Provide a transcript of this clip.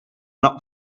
not